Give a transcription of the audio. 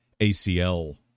ACL